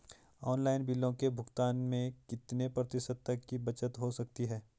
Online बिलों के भुगतान में कितने प्रतिशत तक की बचत हो सकती है?